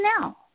now